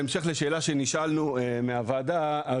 בהמשך לשאלה שנשאלנו מהוועדה.